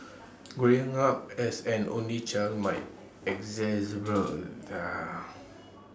growing up as an only child might exacerbate